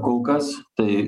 kol kas tai